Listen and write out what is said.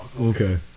Okay